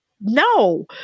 no